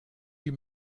die